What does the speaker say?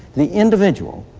the individual,